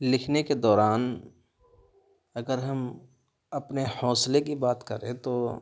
لکھنے کے دوران اگر ہم اپنے حوصلے کی بات کریں تو